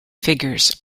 figures